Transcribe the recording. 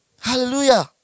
Hallelujah